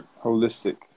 Holistic